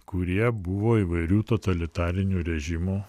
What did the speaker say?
kurie buvo įvairių totalitarinių režimų